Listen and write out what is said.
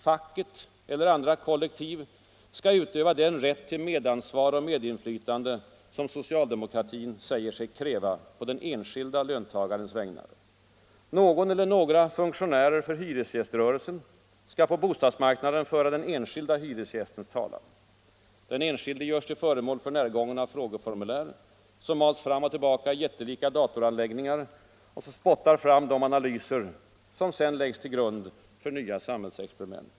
Facket eller andra kollektiv skall utöva den rätt till medansvar och medinflytande som socialdemokratin säger sig kräva på den enskilde löntagarens vägnar. Någon eller några funktionärer för hyresgäströrelsen skall på bostadsmarknaden föra de enskilda hyresgästernas talan. Den enskilde görs till föremål för närgångna frågeformulär, som mals fram och tillbaka i jättelika datoranläggningar som spottar fram de analyser, vilka sedan läggs till grund för nya samhällsexperiment.